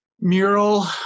mural